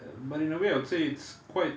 but in a way I would say it's quite